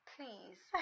Please